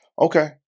Okay